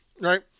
Right